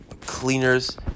cleaners